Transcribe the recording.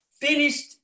finished